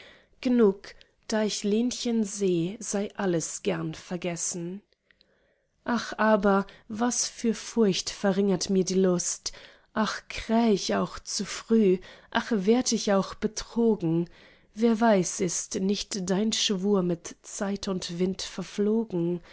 g'nug da ich lenchen seh sei alles gern vergessen ach aber was für furcht verringert mir die lust ach kräh ich auch zu früh ach werd ich auch betrogen wer weiß ist nicht dein schwur mit zeit und wind verflogen